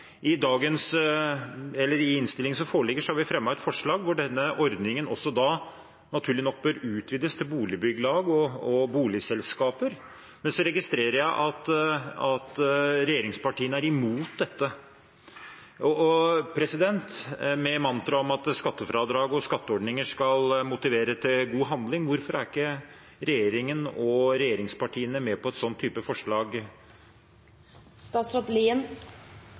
boligbyggelag og boligselskaper, men jeg registrerer at regjeringspartiene er imot dette. Med mantraet om at skattefradrag og skatteordninger skal motivere til god handling, hvorfor er ikke regjeringen og regjeringspartiene med på et sånt type